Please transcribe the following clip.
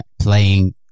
playing